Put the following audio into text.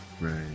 Right